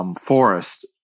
Forest